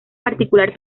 particular